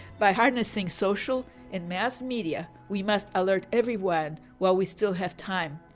by harnessing social and mass media, we must alert everyone while we still have time.